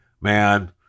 man